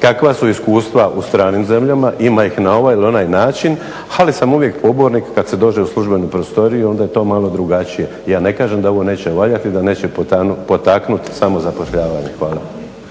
kakva su iskustva u stranim zemljama. Ima ih na ovaj ili onaj način, ali sam uvijek pobornik kad se dođe u službenu prostoriju onda je to malo drugačije. Ja ne kažem da ovo neće valjati, da neće potaknuti samozapošljavanje.